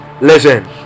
listen